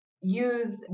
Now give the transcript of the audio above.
use